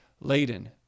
laden